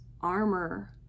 armor